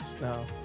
No